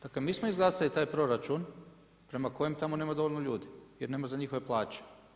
Dakle mi smo izglasali taj proračun prema kojem tamo nema dovoljno ljudi jer nema za njihove plaće.